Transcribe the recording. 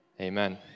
Amen